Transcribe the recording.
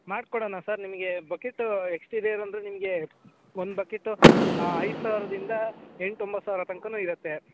ಮಾಡ್ಕೊಡಣ sir ನಿಮ್ಗೆ bucket exterior ಅಂದರೆ ನಿಮ್ಗೆ ಒಂದು ಬಕೆಟು ಐದು ಸಾವಿರದಿಂದ ಎಂಟು ಒಂಬತ್ತು ಸಾವಿರ ತನ್ಕವೂ ಇರುತ್ತೆ